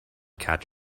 catch